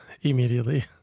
immediately